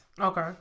Okay